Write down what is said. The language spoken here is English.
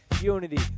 Unity